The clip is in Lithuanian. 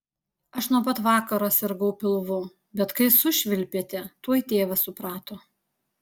aš nuo pat vakaro sirgau pilvu bet kai sušvilpėte tuoj tėvas suprato